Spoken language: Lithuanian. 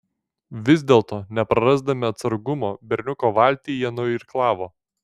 vis dėlto neprarasdami atsargumo berniuko valtį jie nuirklavo